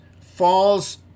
falls